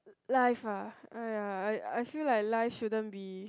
life ah !aiya! I I feel like life shouldn't be